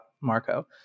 Marco